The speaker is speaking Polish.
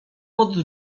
pod